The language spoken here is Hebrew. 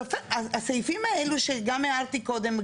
הסעיפים האלו שגם הערתי קודם,